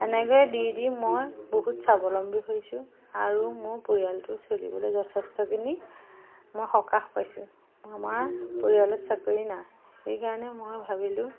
এনেকৈয়ে দি দি মই বহুত স্বাৱলম্বী হৈছোঁ আৰু মোৰ পৰিয়ালটো চলিবলৈ যথেষ্টখিনি মই সকাহ পাইছোঁ আমাৰ পৰিয়ালত চাকৰি নাই সেইকাৰণে মই ভাবিলোঁ